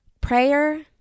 Prayer